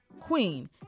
Queen